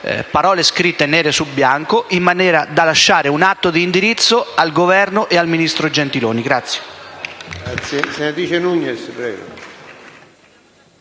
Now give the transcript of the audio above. parole scritte nero su bianco, in maniera da lasciare un atto di indirizzo al Governo e al ministro Gentiloni.